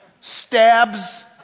stabs